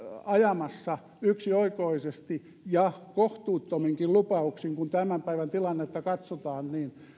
ajamassa yksioikoisesti ja kohtuuttominkin lupauksin kun tämän päivän tilannetta katsotaan